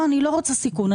אני לא רוצה סיכון.